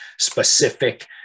specific